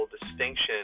distinction